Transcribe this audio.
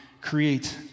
create